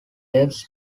debts